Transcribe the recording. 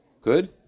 Good